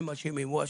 הם אשמים, הוא אשם,